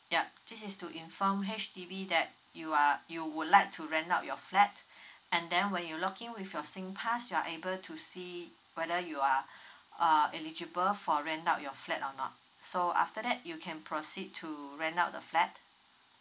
yup this is to inform that you are you would like to rent out your flat and then when you login with your singpass you are able to see whether you are uh eligible for rent out your flat or not so after that you can proceed to rent out the flat